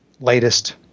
latest